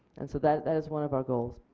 and so that that is one of our goals.